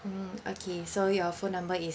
mm okay so your phone number is